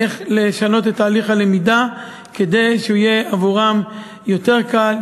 איך לשנות את תהליך הלמידה כדי שהוא יהיה עבורם יותר קל,